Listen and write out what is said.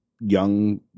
young